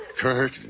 Kurt